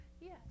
Yes